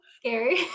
scary